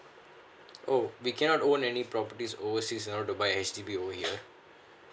oh we cannot own any properties overseas if we want to buy property over here